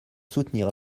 soutenir